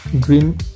Green